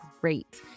great